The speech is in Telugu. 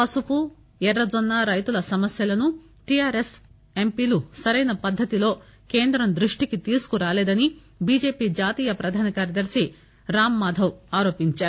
పసుపు ఎర్రజొన్న రైతుల సమస్యలను టీఆర్ఎస్ ఎంపీలు సరైన పద్దతిలో కేంద్రం దృష్టికి తీసుకురాలేదని బీజేపీ జాతీయ పరధాన కార్యదర్శి రాంమాధవ్ ఆరోపించారు